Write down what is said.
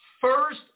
first